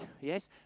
Yes